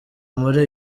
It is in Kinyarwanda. muri